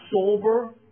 sober